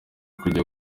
kujya